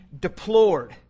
deplored